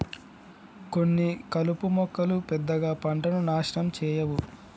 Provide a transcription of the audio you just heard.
కొన్ని కలుపు మొక్కలు పెద్దగా పంటను నాశనం చేయవు